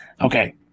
Okay